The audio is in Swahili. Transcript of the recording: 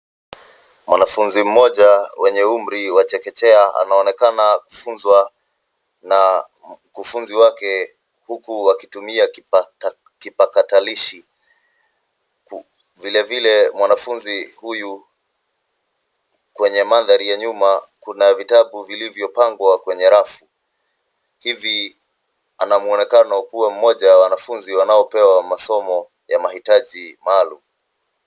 Mwanafunzi mmoja mwenye umri wa chekechea anaonekana kufunzwa na mkufunzi wake huku wakitumia kipakatalishi. Vile vile mwanafunzi huyu kwenye manthari ya nyuma kuna vitabu vilivyopangwa kwenye rafu. Hivi anamuonekana kuwa mmoja wa wanafunzi wanaopewa masomo ya mahitaji maalum.